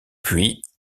puis